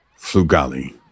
Flugali